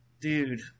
dude